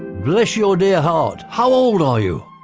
bless your dear heart, how old are you?